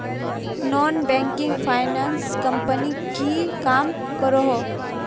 Non banking finance company की काम करोहो?